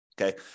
Okay